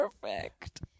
perfect